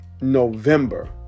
November